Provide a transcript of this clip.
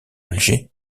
alger